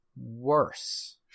worse